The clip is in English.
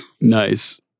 Nice